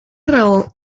raó